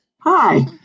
Hi